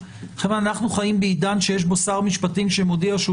אנחנו חיים בעידן שיש בו שר משפטים שמודיע שהוא